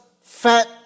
fat